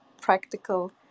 practical